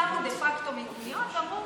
שמו דה-פקטו מיגוניות ואמרו: